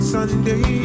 Sunday